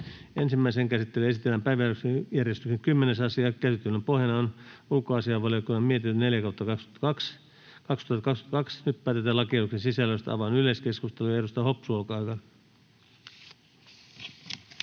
Ensimmäiseen käsittelyyn esitellään päiväjärjestyksen 10. asia. Käsittelyn pohjana on ulkoasiainvaliokunnan mietintö UaVM 4/2022 vp. Nyt päätetään lakiehdotuksen sisällöstä. — Avaan yleiskeskustelun. Edustaja Hopsu, olkaa